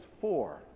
four